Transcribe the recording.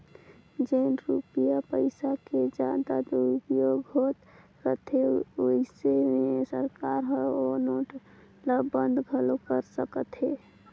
जेन रूपिया पइसा के जादा दुरूपयोग होत रिथे अइसे में सरकार हर ओ नोट ल बंद घलो कइर सकत अहे